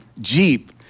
Jeep